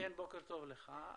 בוקר טוב לך.